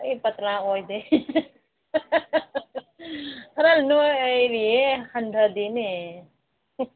ꯑꯩ ꯄꯇꯥꯂꯥ ꯑꯣꯏꯗꯦ ꯈꯔ ꯅꯣꯏꯔꯤꯌꯦ ꯍꯟꯊꯗꯦꯅꯦ